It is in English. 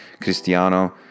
Cristiano